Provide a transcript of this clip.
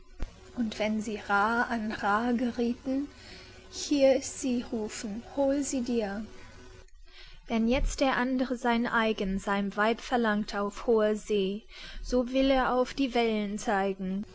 und wenn sie raa an raa geriethen hier ist sie rufen hol sie dir wenn jetzt der andere sein eigen sein weib verlangt auf hoher see so will er auf die wellen zeigen